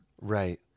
Right